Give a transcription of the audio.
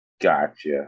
Gotcha